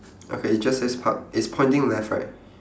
okay it just says park it's pointing left right